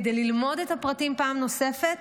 כדי ללמוד את הפרטים פעם נוספת.